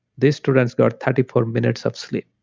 these students got thirty four minutes of sleep,